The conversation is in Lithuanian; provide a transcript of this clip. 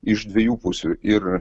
iš dviejų pusių ir